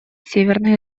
северной